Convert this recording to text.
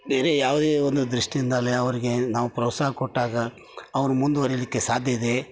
ಬೇರೆ ಯಾವುದೇ ಒಂದು ದೃಷ್ಟಿಯಿಂದಲೇ ಅವರಿಗೆ ನಾವು ಪ್ರೋತ್ಸಾಹ ಕೊಟ್ಟಾಗ ಅವರು ಮುಂದುವರೀಲಿಕ್ಕೆ ಸಾಧ್ಯವಿದೆ